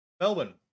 Melbourne